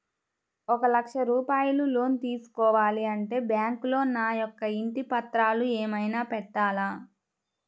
ఒక లక్ష రూపాయలు లోన్ తీసుకోవాలి అంటే బ్యాంకులో నా యొక్క ఇంటి పత్రాలు ఏమైనా పెట్టాలా?